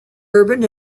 urban